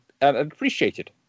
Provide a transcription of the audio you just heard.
appreciated